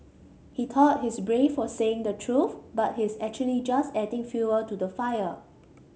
he thought he's brave for saying the truth but he's actually just adding fuel to the fire